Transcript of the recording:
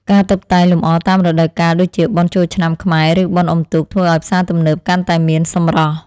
ការតុបតែងលម្អតាមរដូវកាលដូចជាបុណ្យចូលឆ្នាំខ្មែរឬបុណ្យអុំទូកធ្វើឱ្យផ្សារទំនើបកាន់តែមានសម្រស់។